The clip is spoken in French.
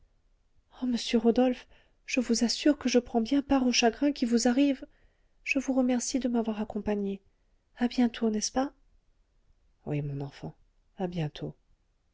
ah monsieur rodolphe je vous assure que je prends bien part au chagrin qui vous arrive je vous remercie de m'avoir accompagnée à bientôt n'est-ce pas oui mon enfant à bientôt